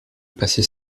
passait